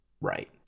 Right